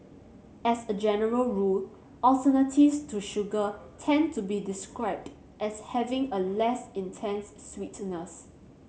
as a general rule alternatives to sugar tend to be described as having a less intense sweetness